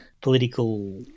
political